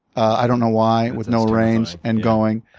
i don't know why, with no reins and going.